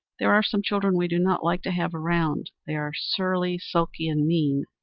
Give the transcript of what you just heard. there are some children we do not like to have around, they are surly, sulky and mean.